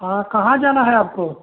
हाँ कहाँ जाना है आपको